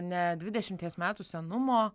ne dvidešimties metų senumo